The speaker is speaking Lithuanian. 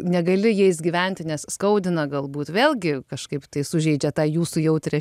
negali jais gyventi nes skaudina galbūt vėlgi kažkaip tai sužeidžia tą jūsų jautrią